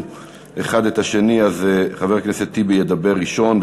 אחד את השני אז חבר הכנסת טיבי ידבר ראשון.